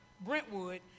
Brentwood